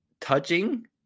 touching